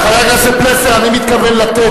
בזמן הממשלה הקודמת לא היה צריך לפנות,